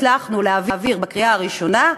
הצלחנו להעביר בקריאה הראשונה,